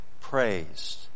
praised